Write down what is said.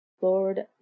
Lord